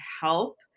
help